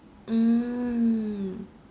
mm